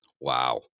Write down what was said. Wow